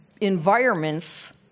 environments